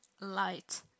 light